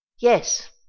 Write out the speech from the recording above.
Yes